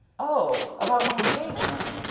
oh! about my engagement?